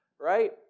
right